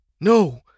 No